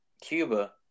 Cuba